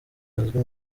bazwi